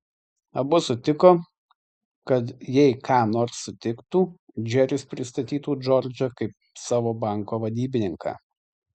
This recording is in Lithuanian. abu sutiko kad jei ką nors sutiktų džeris pristatytų džordžą kaip savo banko vadybininką